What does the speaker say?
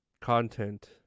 content